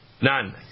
None